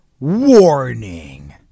Warning